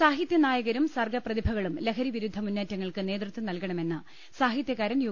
സാഹിത്യനായകരും സർഗ പ്രതിഭകളും ലൃഹരി വിരുദ്ധ മുന്നേറ്റ ങ്ങൾക്ക് നേതൃത്വം നൽകണമെന്ന് സാഹിതൃകാരൻ യു